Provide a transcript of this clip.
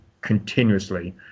continuously